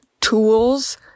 tools